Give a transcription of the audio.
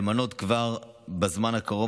למנות כבר בזמן הקרוב,